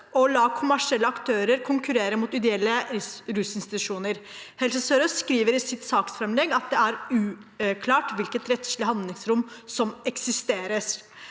å la kommersielle aktører konkurrere mot ideelle rusinstitusjoner. Helse Sør-Øst RHF skriver i sitt saksfremlegg at det er uklart hvilket rettslig handlingsrom som eksisterer.